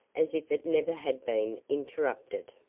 as if it never had been interrupted.